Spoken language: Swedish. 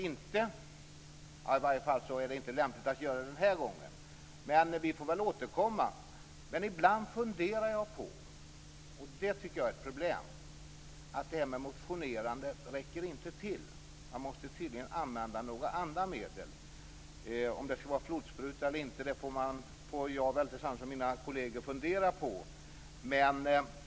I varje fall anser man inte att det är lämpligt att göra det den här gången. Men vi får väl återkomma. Ibland funderar jag på en sak som jag tycker är ett problem, nämligen det här med motionerandet, som inte räcker till. Tydligen måste andra medel användas. Om det då handlar om en flodspruta eller inte får väl jag tillsammans med mina kolleger fundera på.